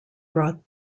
brought